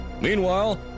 Meanwhile